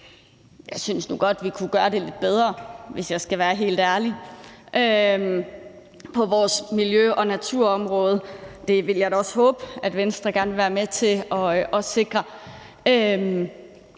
Jeg synes nu godt, vi kunne gøre det lidt bedre, hvis jeg skal helt ærlig, på vores miljø- og naturområde. Det vil jeg da også håbe Venstre gerne vil være med til at sikre.